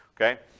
Okay